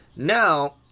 now